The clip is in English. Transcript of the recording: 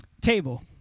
Table